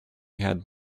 had